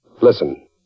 Listen